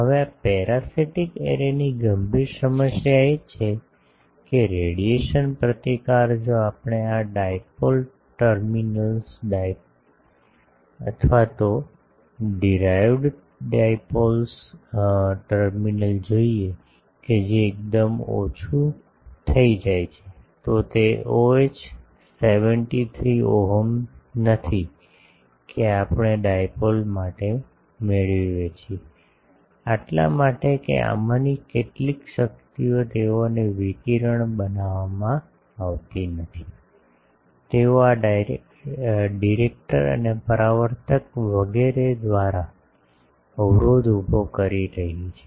હવે આ પેરાસિટિક એરેની ગંભીર સમસ્યા એ છે કે રેડિયેશન પ્રતિકાર જો આપણે આ dipoles terminals driven dipoles terminal જોઈએ કે જે એકદમ ઓછું થઈ જાય છે તો તે oh 73 ઓહ્મ નથી કે આપણે ડીપોલ માટે મેળવીએ છીએ એટલા માટે કે આમાંની કેટલીક શક્તિઓ તેઓને વિકિરણ બનાવવામાં આવતી નથી તેઓ આ ડિરેક્ટર અને પરાવર્તક વગેરે દ્વારા અવરોધ ઉભો કરી રહી છે